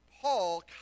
Paul